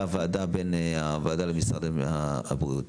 ישיבת הוועדה בין הוועדה למשרד הבריאות.